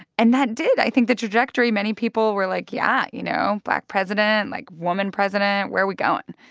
and that did i think the trajectory, many people were like, yeah, you know, black president, like, woman president, where are we going?